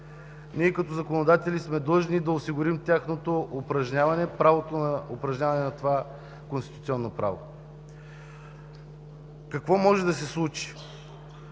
Ние като законодатели сме длъжни да осигурим тяхното упражняване на това конституционно право. Какво може да се случи?